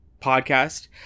Podcast